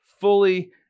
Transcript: fully